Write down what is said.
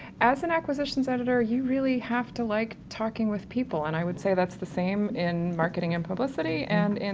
as an acquisitions editor you really have to like talking with people, and i would say that's the same in marketing and publicity and in